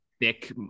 thick